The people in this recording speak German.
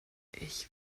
ich